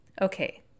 okay